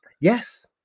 Yes